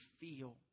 feel